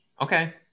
okay